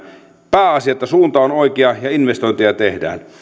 pääasia että suunta on oikea ja investointeja tehdään